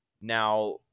Now